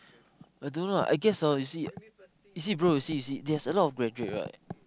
I don't know I guess orh you see you see bro there's a lot of graduate right